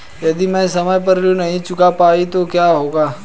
यदि मैं समय पर ऋण नहीं चुका पाई तो क्या होगा?